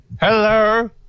Hello